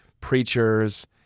preachers